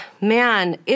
Man